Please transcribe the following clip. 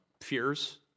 fears